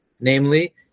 Namely